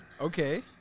Okay